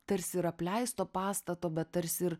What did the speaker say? tarsi ir apleisto pastato bet tarsi ir